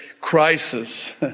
crisis